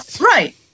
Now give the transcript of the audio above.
Right